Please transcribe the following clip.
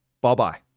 bye-bye